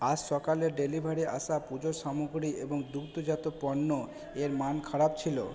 আজ সকালে ডেলিভারি আসা পুজোর সামগ্রী এবং দুগ্ধজাত পণ্য এর মান খারাপ ছিল